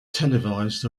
televised